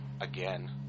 again